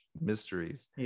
mysteries